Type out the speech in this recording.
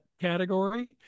category